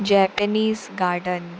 Japanese garden